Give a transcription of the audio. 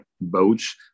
boats